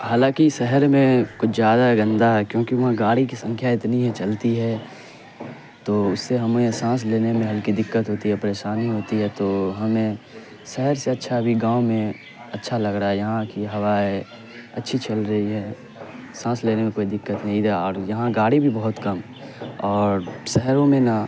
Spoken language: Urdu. حالانکہ شہر میں کچھ زیادہ گندہ ہے کیونکہ وہاں گاڑی کی سنکھیا اتنی چلتی ہے تو اس سے ہمیں سانس لینے میں ہلکی دقت ہوتی ہے پریشانی ہوتی ہے تو ہمیں شہر سے اچھا ابھی گاؤں میں اچھا لگ رہا ہے یہاں کی ہوا ہے اچھی چل رہی ہے سانس لینے میں کوئی دقت نہیں ہے اور یہاں گاڑی بھی بہت کم اور شہروں میں نا